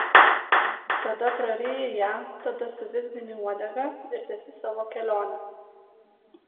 tada praryji ją tada suvizgini uodega ir tęsi savo kelionę